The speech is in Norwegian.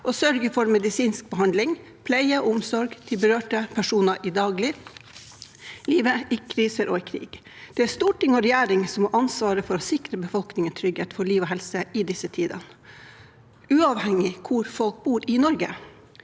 og sørge for medisinsk behandling, pleie og omsorg til berørte personer til daglig, i kriser og i krig.» Det er Stortinget og regjeringen som har ansvar for å sikre befolkningen trygghet for liv og helse i disse tider, uavhengig av hvor i Norge